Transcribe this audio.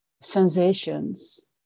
sensations